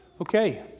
Okay